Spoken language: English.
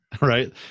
Right